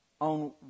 on